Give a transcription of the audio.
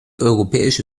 europäische